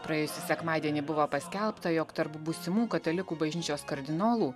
praėjusį sekmadienį buvo paskelbta jog tarp būsimų katalikų bažnyčios kardinolų